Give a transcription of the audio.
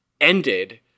ended